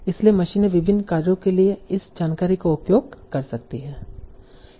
इसलिए मशीनें विभिन्न कार्यों के लिए इस जानकारी का उपयोग कर सकती हैं